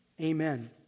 Amen